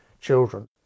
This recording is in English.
children